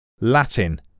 Latin